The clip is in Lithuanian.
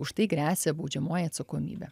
už tai gresia baudžiamoji atsakomybė